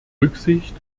rücksicht